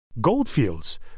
Goldfields